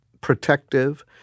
protective